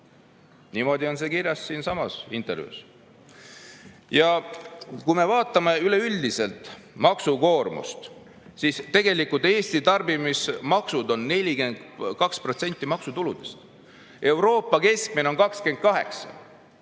Niimoodi on see kirjas siinsamas intervjuus. Ja kui me vaatame üleüldiselt maksukoormust, siis tegelikult Eesti tarbimismaksud on 42% maksutuludest. Euroopa keskmine on 28.